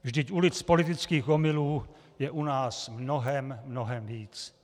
Vždyť ulic politických omylů je u nás mnohem, mnohem víc.